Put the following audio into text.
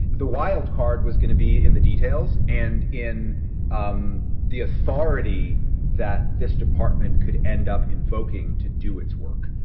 the wild card was going to be in the details and in um the authority that this department could end up invoking to do its work